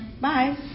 Bye